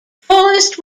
forrest